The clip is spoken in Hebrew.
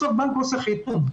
בסוף בנק עושה חיתום,